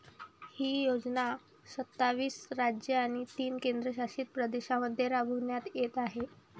ही योजना सत्तावीस राज्ये आणि तीन केंद्रशासित प्रदेशांमध्ये राबविण्यात येत आहे